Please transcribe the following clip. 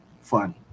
fun